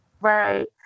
Right